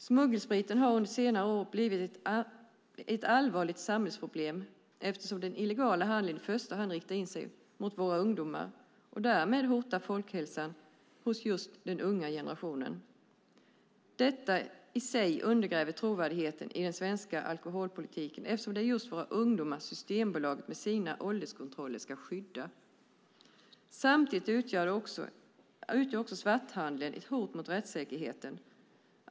Smuggelspriten har under senare år blivit ett allvarligt samhällsproblem eftersom den illegala handeln i första hand riktar in sig mot våra ungdomar och därmed hotar folkhälsan hos just den unga generationen. Detta i sig undergräver trovärdigheten i den svenska alkoholpolitiken eftersom det just är våra ungdomar Systembolaget med sina ålderskontroller ska skydda. Samtidigt utgör också svarthandeln ett hot mot rättsäkerheten.